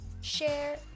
share